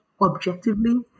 objectively